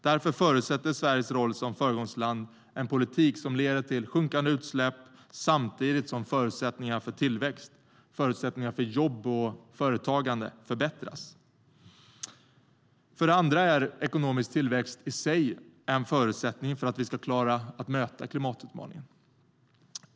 Därför förutsätter Sveriges roll som föregångsland en politik som leder till sjunkande utsläpp samtidigt som förutsättningarna för tillväxt, jobb och företagande förbättras. För det andra är ekonomisk tillväxt i sig en förutsättning för att klara av att möta klimatutmaningen.